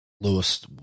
Lewis